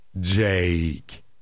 Jake